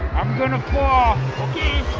i'm gonna fall. okay!